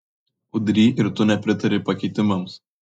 udry ir tu nepritari pakeitimams